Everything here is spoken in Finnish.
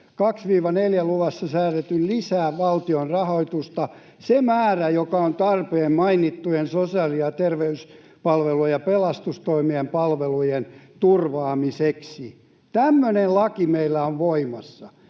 2—4 luvussa säädetyn lisäksi valtiolta rahoitusta se määrä, joka on tarpeen mainittujen sosiaali- ja terveyspalvelujen ja pelastustoimen palvelujen turvaamiseksi”. Tämmöinen laki meillä on voimassa.